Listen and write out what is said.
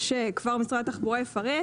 ומשרד התחבורה יפרט,